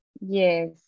yes